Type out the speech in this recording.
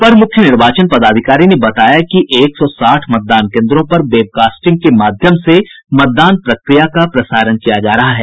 अपर मूख्य निर्वाचन पदाधिकारी ने बताया कि एक सौ साठ मतदान केन्द्रों पर वेबकास्टिंग के माध्यम से मतदान प्रक्रिया का प्रसारण किया जा रहा है